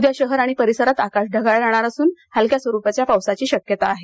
उद्या शहर आणि परिसरात आकाश ढगाळ राहणार असुन हलक्या स्वरुपाच्या पावसाची शक्यता आहे